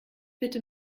bitte